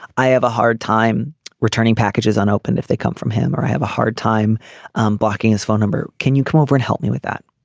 i have a hard time returning packages unopened if they come from him or i have a hard time um blocking his phone number. can you come over and help me with that.